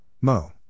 Mo